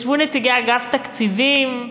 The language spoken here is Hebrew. נציגי אגף תקציבים,